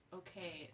okay